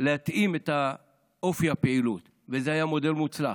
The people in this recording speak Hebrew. להתאים את אופי הפעילות, וזה היה מודל מוצלח,